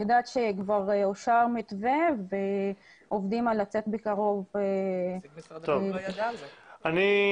אני יודעת שכבר אושר מתווה ועובדים על לצאת בקרוב --- אני מציע,